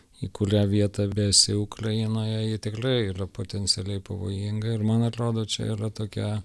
į kurią vietą besi ukrainoje ji tikrai yra potencialiai pavojinga ir man atrodo čia yra tokia